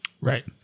Right